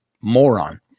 moron